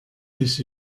this